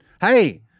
Hey